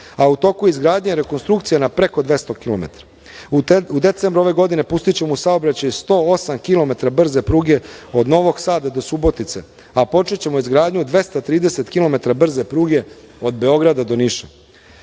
a u toku je izgradnja i rekonstrukcija na preko 200 kilometra. U decembru ove godine pustićemo u saobraćaj 108 kilometra brze pruge od Novog Sada do Subotice, a počećemo izgradnju 230 kilometara brze pruge od Beograda do Niša.U